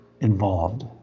involved